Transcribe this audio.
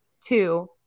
Two